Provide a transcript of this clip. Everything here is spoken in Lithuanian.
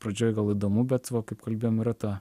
pradžioj gal įdomu bet va kaip kalbėjom yra ta